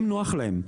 הם נוח להם,